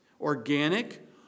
organic